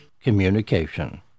Communication